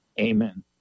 Amen